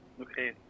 Okay